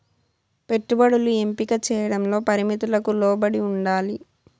పెట్టుబడులు ఎంపిక చేయడంలో పరిమితులకు లోబడి ఉండాలి